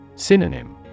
Synonym